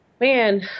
Man